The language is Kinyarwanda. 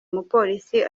umupolisi